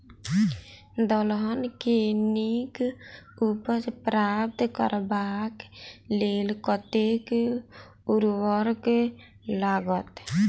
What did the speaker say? दलहन केँ नीक उपज प्राप्त करबाक लेल कतेक उर्वरक लागत?